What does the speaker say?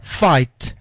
fight